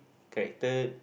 character